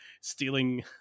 stealing